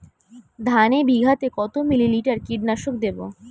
ধানে বিঘাতে কত মিলি লিটার কীটনাশক দেবো?